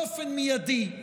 באופן מיידי,